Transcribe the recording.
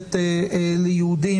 שעומדת ליהודים